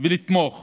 ולתמוך